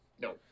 No